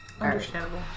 Understandable